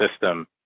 system